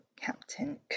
Captain